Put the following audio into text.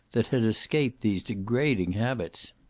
that had escaped these degrading habits.